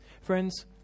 Friends